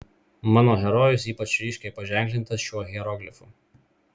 mano herojus ypač ryškiai paženklintas šiuo hieroglifu